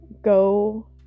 go